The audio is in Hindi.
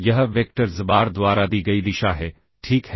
यह वेक्टर xbar द्वारा दी गई दिशा है ठीक है